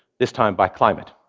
this time by climate.